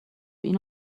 اینو